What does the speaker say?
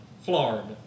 Florida